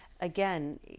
again